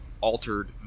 altered